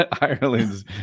Ireland's